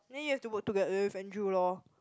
then you have to work together with Andrew lor